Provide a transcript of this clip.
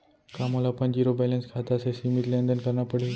का मोला अपन जीरो बैलेंस खाता से सीमित लेनदेन करना पड़हि?